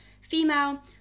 female